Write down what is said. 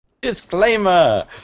Disclaimer